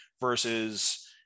versus